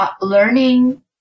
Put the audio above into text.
learning